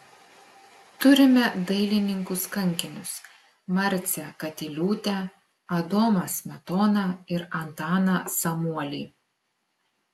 turime dailininkus kankinius marcę katiliūtę adomą smetoną ir antaną samuolį